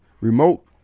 remote